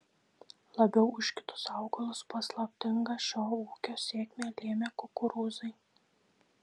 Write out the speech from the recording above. labiau už kitus augalus paslaptingą šio ūkio sėkmę lėmė kukurūzai